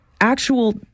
actual